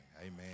Amen